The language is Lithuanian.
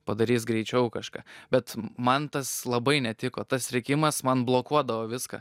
padarys greičiau kažką bet man tas labai netiko tas rėkimas man blokuodavo viską